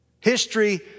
History